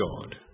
God